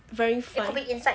very 烦